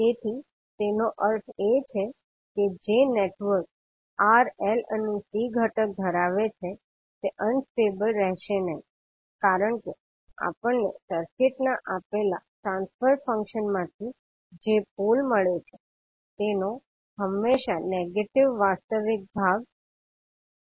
તેથી તેનો અર્થ એ છે કે જે નેટવર્ક R L અને C ઘટક ધરાવે છે તે અનસ્ટેબલ રહેશે નહીં કારણ કે આપણને સર્કિટના આપેલા ટ્રાન્સફર ફંક્શન માંથી જે પોલ મળે છે તેનો હંમેશા નેગેટિવ વાસ્તવિક ભાગ રહેશે